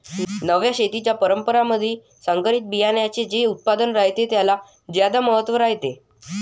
नव्या शेतीच्या परकारामंधी संकरित बियान्याचे जे उत्पादन रायते त्याले ज्यादा महत्त्व रायते